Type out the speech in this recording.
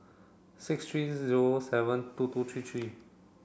six three zero seven two two three three